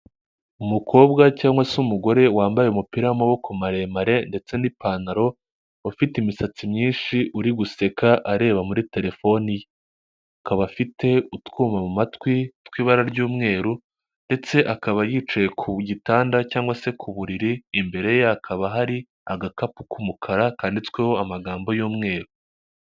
Umukobwa cyangwa se umugore wambaye umupira w'amaboko maremare ndetse n'ipantaro, ufite imisatsi myinshi uri guseka, areba muri telefoni ye. Akaba afite utwuma mu matwi tw'ibara ry'umweru, ndetse akaba yicaye ku gitanda cyangwa se ku buriri, imbere ye hakaba hari agakapu k'umukara, kandiditsweho amagambo y'umweru.